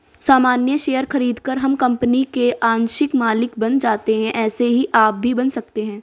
सामान्य शेयर खरीदकर हम कंपनी के आंशिक मालिक बन जाते है ऐसे ही आप भी बन सकते है